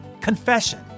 Confession